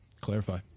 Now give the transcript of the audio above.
Clarify